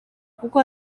kuko